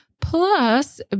plus